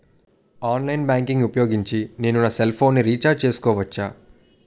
Online banking ఊపోయోగించి నేను నా సెల్ ఫోను ని రీఛార్జ్ చేసుకోవచ్చా?